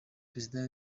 perezida